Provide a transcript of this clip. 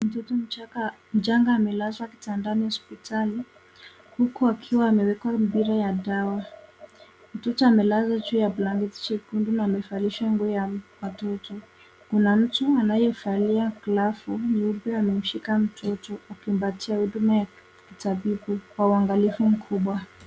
Mtoto mchanga amelazwa kitandani hospitali huku akiwa ameweka mpira ya dawa. Mtoto amelazwa juu ya blanketi jekundu na amevalishwa nguo ya watoto. Kuna mtu anayevalia glavu nyeupe amemshika mtoto akimpatia huduma ya kitabibu kwa uangalifu mkubwa.